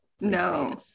no